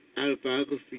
autobiography